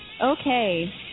Okay